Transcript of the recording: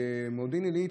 במודיעין עילית